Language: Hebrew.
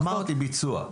אמרתי ביצוע.